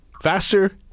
Faster